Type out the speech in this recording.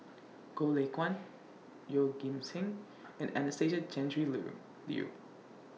Goh Lay Kuan Yeoh Ghim Seng and Anastasia Tjendri Liew Liew